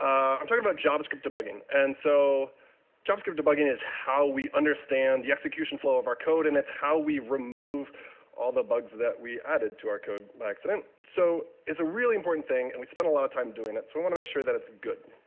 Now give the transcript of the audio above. i'm talking about javascript debugging. and so javascript debugging is how we understand the execution flow of our code, and it's how we remove all the bugs that we added to our code accident. so it's a really important thing, and we spend a lot of time doing it, so we want to make sure that it's good.